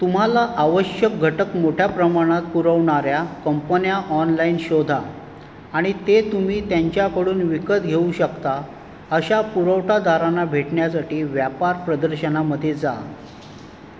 तुम्हाला आवश्यक घटक मोठ्या प्रमाणात पुरवणाऱ्या कंपन्या ऑनलाईन शोधा आणि ते तुम्ही त्यांच्याकडून विकत घेऊ शकता अशा पुरवठादारांना भेटण्यासाठी व्यापार प्रदर्शनामधे जा